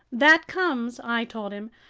that comes, i told him,